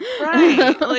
right